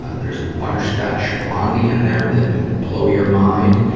ah there's butterscotch blondie in there that will blow your mind.